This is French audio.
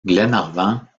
glenarvan